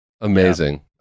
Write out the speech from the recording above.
amazing